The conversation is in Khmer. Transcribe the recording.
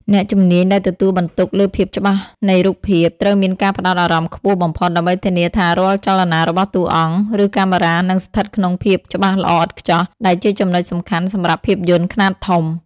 អ្នកជំនាញដែលទទួលបន្ទុកលើភាពច្បាស់នៃរូបភាពត្រូវមានការផ្ដោតអារម្មណ៍ខ្ពស់បំផុត ដើម្បីធានាថារាល់ចលនារបស់តួអង្គ ឬកាមេរ៉ានឹងស្ថិតក្នុងភាពច្បាស់ល្អឥតខ្ចោះ ដែលជាចំណុចសំខាន់សម្រាប់ភាពយន្តខ្នាតធំ។